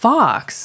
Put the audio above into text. Fox